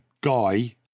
guy –